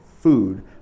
food